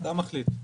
אתה מחליט.